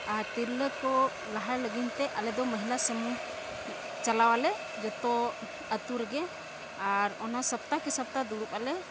ᱟᱨ ᱛᱤᱨᱞᱟᱹ ᱠᱚ ᱞᱟᱦᱟᱭ ᱞᱟᱹᱜᱤᱫᱼᱛᱮ ᱟᱞᱮᱫᱚ ᱢᱚᱦᱤᱞᱟ ᱥᱚᱢᱚ ᱪᱟᱞᱟᱣᱟᱞᱮ ᱡᱚᱛᱚ ᱟᱹᱛᱩ ᱨᱮᱜᱮ ᱟᱨ ᱚᱱᱟ ᱥᱟᱯᱛᱟ ᱠᱤ ᱥᱟᱯᱛᱟ ᱫᱩᱲᱩᱵᱽ ᱟᱞᱮ